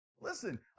Listen